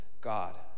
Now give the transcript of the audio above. God